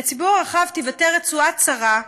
לציבור הרחב תיוותר רצועה צרה,